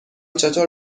چطور